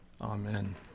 Amen